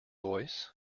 voice